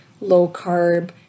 low-carb